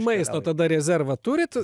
maisto tada rezervą turit